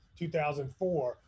2004